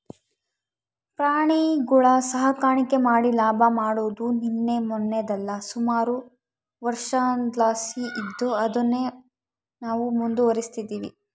ಪ್ರಾಣಿಗುಳ ಸಾಕಾಣಿಕೆ ಮಾಡಿ ಲಾಭ ಮಾಡಾದು ನಿನ್ನೆ ಮನ್ನೆದಲ್ಲ, ಸುಮಾರು ವರ್ಷುದ್ಲಾಸಿ ಇದ್ದು ಅದುನ್ನೇ ನಾವು ಮುಂದುವರಿಸ್ತದಿವಿ